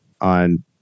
on